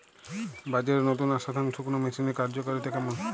বাজারে নতুন আসা ধান শুকনোর মেশিনের কার্যকারিতা কেমন?